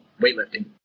weightlifting